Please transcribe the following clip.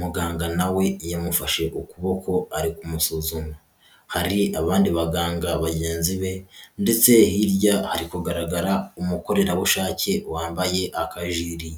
muganga nawe yamufashe ukuboko ari kumusuzuma, hari abandi baganga bagenzi be ndetse hirya ari kugaragara umukorerabushake wambaye akajiri.